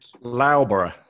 Loughborough